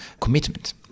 commitment